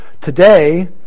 today